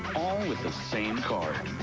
all with the same card